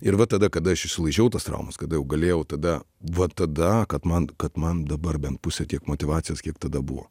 ir va tada kada aš išsilaižiau tas traumas kada jau galėjau tada va tada kad man kad man dabar bent pusę tiek motyvacijos kiek tada buvo